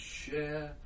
share